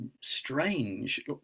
strange